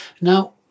now